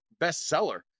bestseller